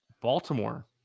Baltimore